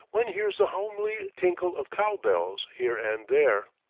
one hears the homely tinkle of cow-bells here and there.